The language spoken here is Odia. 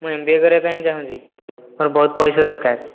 ମୁଁ ଏମ୍ ବି ଏ କରିବା ପାଇଁ ଚାହୁଁଛି ମୋର ବହୁତ ପଇସା ଦରକାର